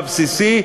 הבסיסי,